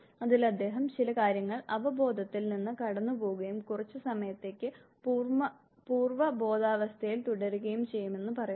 അതിൽ അദ്ദേഹം ചില കാര്യങ്ങൾ അവബോധത്തിൽ നിന്ന് കടന്നുപോകുകയും കുറച്ച് സമയത്തേക്ക് പൂർവ്വബോധാവസ്ഥയിൽ തുടരുകയും ചെയ്യുമെന്ന് പറയുന്നു